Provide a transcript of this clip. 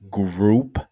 group